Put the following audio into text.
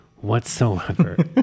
whatsoever